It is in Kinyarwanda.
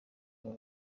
aba